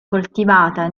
coltivata